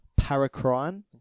paracrine